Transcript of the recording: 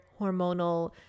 hormonal